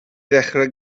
ddechrau